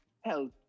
health